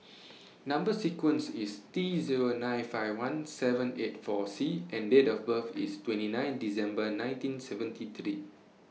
Number sequence IS T Zero nine five one seven eight four C and Date of birth IS twenty nine December nineteen seventy today